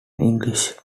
english